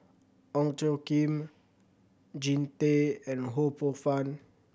Ong Tjoe Kim Jean Tay and Ho Poh Fun